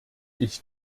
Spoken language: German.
ich